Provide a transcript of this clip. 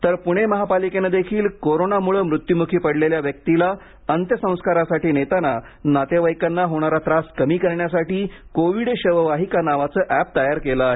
तर पूणे महापालिकेनेदेखील कोरोनामुळे मृत्यूमुखी पडलेल्या व्यक्तीला अंत्यसंस्कारासाठी नेताना नातेवाइकांना होणारा त्रास कमी करण्यासाठी कोविड शववाहिका नावाचे एप तयार केले आहे